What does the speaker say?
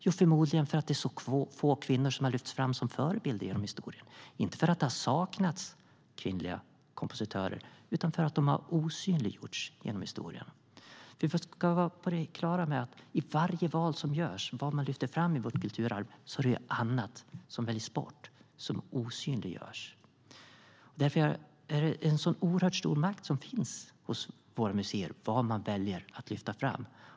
Jo, förmodligen därför att det är så få kvinnor som har lyfts fram som förebilder genom historien - inte därför att det har saknats kvinnliga kompositörer utan därför att de har osynliggjorts genom historien. Vi ska vara på det klara med att i varje val som görs, vad man lyfter fram i vårt kulturarv, är det annat som väljs bort och osynliggörs. Det är en oerhört stor makt som finns hos våra museer - vad man väljer att lyfta fram.